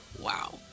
Wow